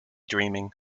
dreaming